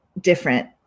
different